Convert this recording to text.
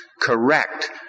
correct